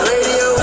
Radio